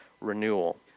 renewal